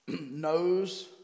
knows